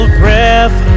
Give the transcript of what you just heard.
breath